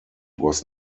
was